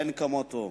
אין כמותו.